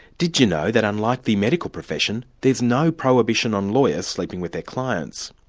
did you know that unlike the medical profession, there's no prohibition on lawyers sleeping with their clients?